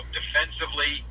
defensively